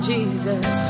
Jesus